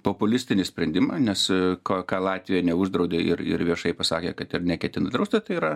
populistinį sprendimą nes ką ką latvija neuždraudė ir ir viešai pasakė kad ir neketina drausti tai yra